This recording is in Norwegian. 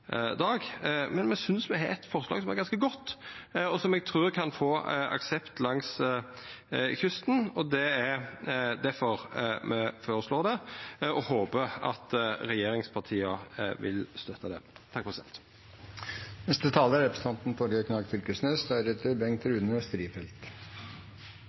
men me synest at me har eit forslag som er ganske godt, og som eg trur kan få aksept langs kysten. Det er difor me føreslår det og håpar at regjeringspartia vil støtta det.